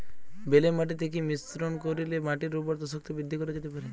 বেলে মাটিতে কি মিশ্রণ করিলে মাটির উর্বরতা শক্তি বৃদ্ধি করা যেতে পারে?